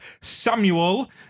Samuel